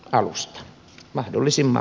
herra puhemies